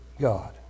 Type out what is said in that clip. God